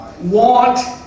want